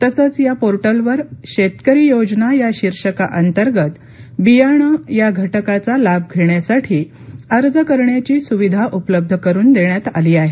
तसंच या पोर्टलवर शेतकरी योजना या शीर्षकाअंतर्गत बियाणे या घटकाचा लाभ घेण्यासाठी अर्ज करण्याची सुविधा उपलब्ध करून देण्यात आली आहे